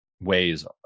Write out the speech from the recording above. ways